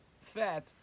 fat